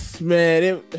Man